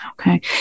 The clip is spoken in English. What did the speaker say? Okay